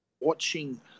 watching